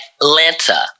Atlanta